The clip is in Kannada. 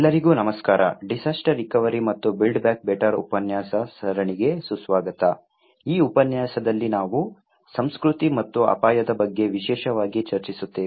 ಎಲ್ಲರಿಗೂ ನಮಸ್ಕಾರ ಡಿಸಾಸ್ಟರ್ ರಿಕವರಿ ಮತ್ತು ಬಿಲ್ಡ್ ಬ್ಯಾಕ್ ಬೆಟರ್ ಉಪನ್ಯಾಸ ಸರಣಿಗೆ ಸುಸ್ವಾಗತ ಈ ಉಪನ್ಯಾಸದಲ್ಲಿ ನಾವು ಸಂಸ್ಕೃತಿ ಮತ್ತು ಅಪಾಯದ ಬಗ್ಗೆ ವಿಶೇಷವಾಗಿ ಚರ್ಚಿಸುತ್ತೇವೆ